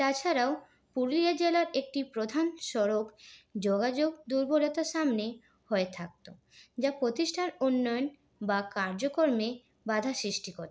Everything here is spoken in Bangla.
তাছাড়াও পুরুলিয়া জেলার একটি প্রধান সড়ক যোগাযোগ দুর্বলতার সামনে হয়ে থাকতো যা প্রতিষ্ঠার উন্নয়ন বা কার্য কর্মে বাঁধা সৃষ্টি করতো